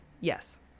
Yes